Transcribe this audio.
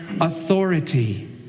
authority